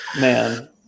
man